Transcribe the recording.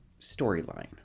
storyline